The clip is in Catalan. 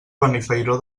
benifairó